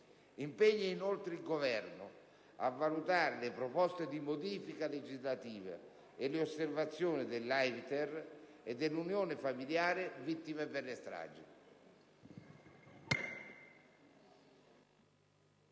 impegna inoltre il Governo a valutare le proposte di modifica legislativa e le osservazioni dell'AIVITER e dell'Unione familiari vittime per stragi».